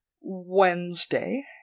Wednesday